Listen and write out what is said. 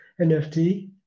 nft